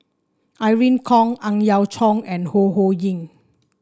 Irene Khong Ang Yau Choon and Ho Ho Ying